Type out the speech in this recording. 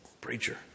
Preacher